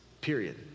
period